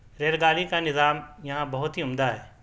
rail گاڑی کا نظام یہاں بہت ہی عمدہ ہے